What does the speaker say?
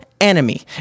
enemy